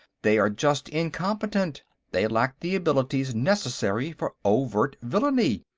they are just incompetent they lack the abilities necessary for overt villainy.